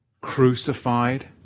crucified